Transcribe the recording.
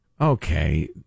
Okay